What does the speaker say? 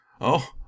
Oh